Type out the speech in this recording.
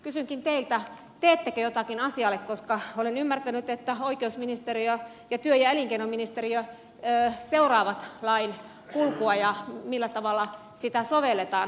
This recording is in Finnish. kysynkin teiltä teettekö jotakin asialle koska olen ymmärtänyt että oikeusministeriö ja työ ja elinkeinoministeriö seuraavat lain kulkua ja sitä millä tavalla sitä sovelletaan